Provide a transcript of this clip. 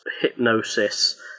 hypnosis